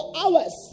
hours